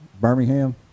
birmingham